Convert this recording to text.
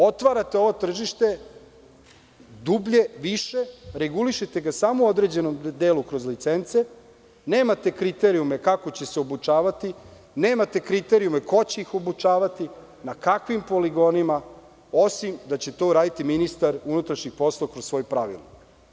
Otvarate ovo tržište dublje, više, regulišete ga samo u određenom delu, kroz licence, nemate kriterijume kako će se obučavati, nemate kriterijume ko će ih obučavati, na kakvim poligonima, osim da će to uraditi ministar unutrašnjim poslova kroz svoj pravilnik.